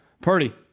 Purdy